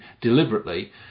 deliberately